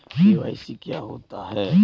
KYC क्या होता है?